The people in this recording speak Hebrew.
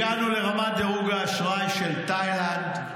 הגענו לרמת דירוג האשראי של תאילנד,